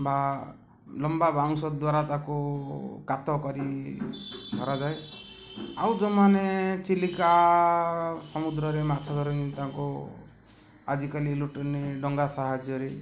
ବା ଲମ୍ବା ବାଉଁଶ ଦ୍ୱାରା ତା'କୁ କାତ କରି ଧରାଯାଏ ଆଉ ଯେଉଁମାନେ ଚିଲିକା ସମୁଦ୍ରରେ ମାଛ ଧରନ୍ତି ତାଙ୍କୁ ଆଜିକାଲି ଇଲେକ୍ଟ୍ରୋନିକ୍ ଡଙ୍ଗା ସାହାଯ୍ୟରେ